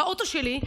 באוטו שלי,